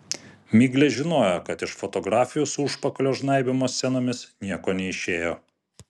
miglė žinojo kad iš fotografijų su užpakalio žnaibymo scenomis nieko neišėjo